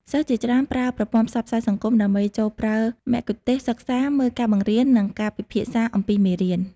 សិស្សជាច្រើនប្រើប្រព័ន្ធផ្សព្វផ្សាយសង្គមដើម្បីចូលប្រើមគ្គុទ្ទេសក៍សិក្សា មើលការបង្រៀន និងការពិភាក្សាអំពីមេរៀន។